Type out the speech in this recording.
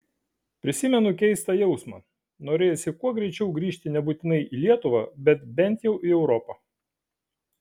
prisimenu keistą jausmą norėjosi kuo greičiau grįžti nebūtinai į lietuvą bet bent jau į europą